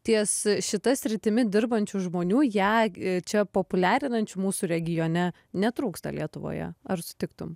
ties šita sritimi dirbančių žmonių ją čia populiarinančių mūsų regione netrūksta lietuvoje ar sutiktum